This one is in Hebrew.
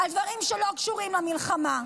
על דברים שלא קשורים למלחמה,